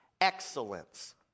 excellence